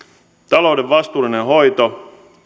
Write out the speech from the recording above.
talouden vastuullinen hoito